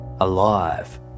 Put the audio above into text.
alive